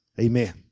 Amen